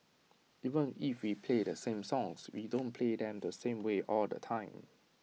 even if we play the same songs we don't play them the same way all the time